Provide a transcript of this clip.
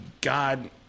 God